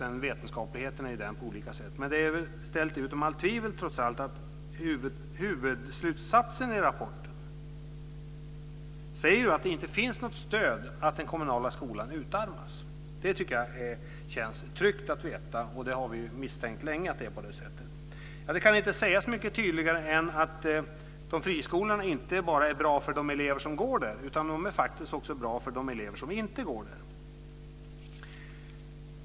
Men det är väl trots allt ställt utom allt tvivel att huvudslutsatsen i rapporten säger att det inte finns något stöd för att den kommunala skolan skulle utarmas. Det tycker jag känns tryggt att veta, och vi har ju misstänkt länge att det är på det sättet. Det kan inte sägas mycket tydligare än att friskolorna inte bara är bra för de elever som går där, utan de är faktiskt också bra för de elever som inte går där.